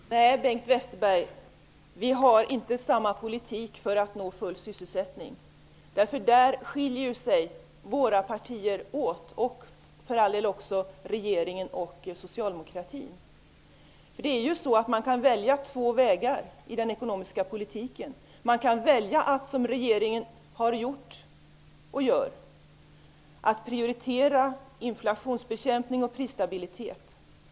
Fru talman! Nej, Bengt Westerberg, vi har inte samma politik för att nå full sysselsättning. Där skiljer sig våra partier åt och för all del också regeringen och socialdemokratin. Man kan ju välja två vägar i den ekonomiska politiken. Man kan välja att göra som regeringen har gjort och gör, nämligen att prioritera inflationsbekämpning och prisstabilitet.